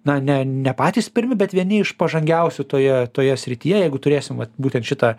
na ne ne patys pirmi bet vieni iš pažangiausių toje toje srityje jeigu turėsim vat būtent šitą